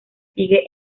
siguen